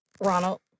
Ronald